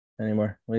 anymore